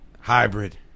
Hybrid